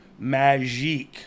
Magique